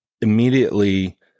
immediately